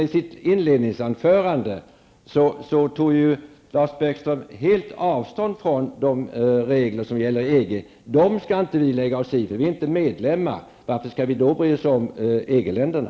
I sitt inledningsanförande tog Lars Bäckström emellertid helt avstånd från de regler som gäller i EG. Vi skulle inte lägga oss i dessa regler eftersom vi inte är medlem. Varför skall vi då bry oss om EG-länderna?